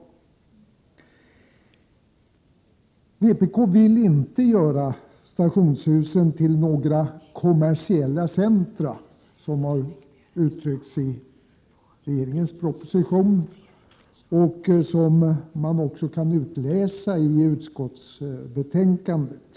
Vpk vill inte göra stationshusen till några kommersiella centra, en linje som har framförts i regeringens proposition och som man också kan utläsa av utskottsbetänkandet.